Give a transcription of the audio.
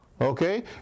Okay